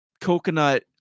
coconut